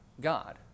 God